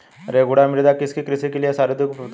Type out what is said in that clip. रेगुड़ मृदा किसकी कृषि के लिए सर्वाधिक उपयुक्त होती है?